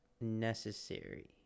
necessary